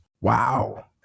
Wow